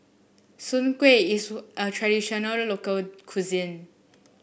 Soon Kuih is a traditional local cuisine